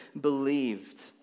believed